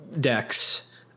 decks